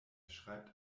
schreibt